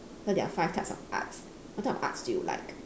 so there are five types of arts what type of arts do you like